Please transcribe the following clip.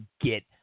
get